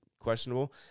Questionable